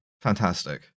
fantastic